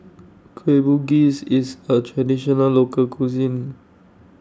Kueh Bugis IS A Traditional Local Cuisine